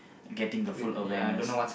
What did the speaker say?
getting the full awareness